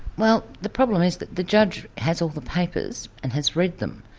well the problem is that the judge has all the papers, and has read them,